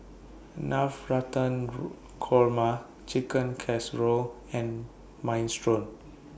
Navratan Korma Chicken Casserole and Minestrone